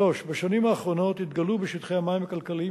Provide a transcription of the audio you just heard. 3. בשנים האחרונות התגלו בשטחי המים הכלכליים